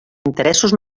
interessos